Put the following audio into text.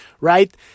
right